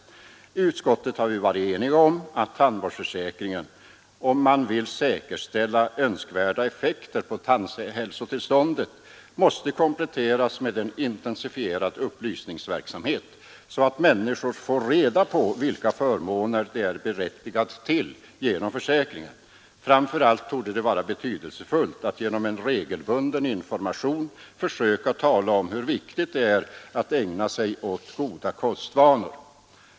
I utskottet har vi varit eniga om att tandvårdsförsäkringen — om man vill säkerställa önskvärda effekter på tandhälsotillståndet — måste kompletteras med en intensifierad upplysningsverksamhet, så att människor får reda på vilka förmåner de är berättigade till genom försäkringen. Framför allt torde det vara betydelsefullt att genom en regelbunden information försöka 81 tala om hur viktigt det är att ägna sig åt goda kostvanor.